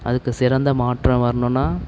அதுக்கு சிறந்த மாற்றம் வரணுன்னா